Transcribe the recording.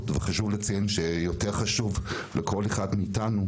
וחשוב לציין שיותר חשוב לכל אחד מאיתנו,